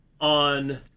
on